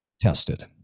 tested